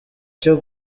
cyo